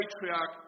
patriarch